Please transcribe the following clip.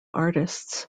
artists